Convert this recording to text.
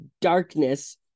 darkness